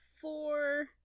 four